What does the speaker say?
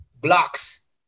blocks